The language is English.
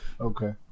okay